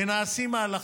ונעשים מהלכים.